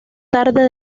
tarde